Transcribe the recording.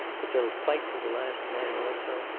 but they'll fight to the last man also,